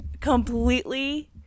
completely